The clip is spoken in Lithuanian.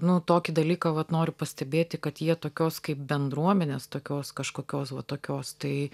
nu tokį dalyką vat noriu pastebėti kad jie tokios kaip bendruomenės tokios kažkokios va tokios tai